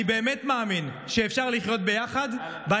חבר הכנסת עטאונה, אני מבקש, תודה.